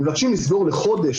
מבקשים לסגור לחודש,